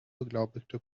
beglaubigte